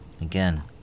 Again